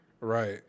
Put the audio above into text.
right